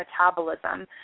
metabolism